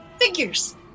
Figures